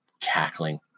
cackling